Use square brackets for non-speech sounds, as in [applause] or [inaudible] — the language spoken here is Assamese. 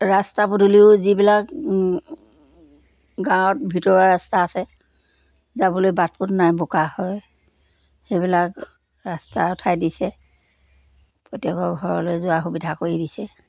ৰাস্তা পদূলিও যিবিলাক গাঁৱত ভিতৰুৱা ৰাস্তা আছে যাবলৈ বাট পথ নাই বোকা হয় সেইবিলাক ৰাস্তা [unintelligible] দিছে প্ৰত্যেকৰ ঘৰলৈ যোৱাৰ সুবিধা কৰি দিছে